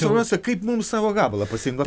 svarbiausia kaip mums savo gabalą pasiimt